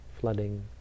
flooding